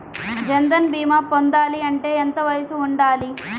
జన్ధన్ భీమా పొందాలి అంటే ఎంత వయసు ఉండాలి?